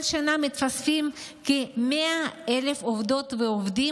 כל שנה מתווספים כ-100,000 עובדות ועובדים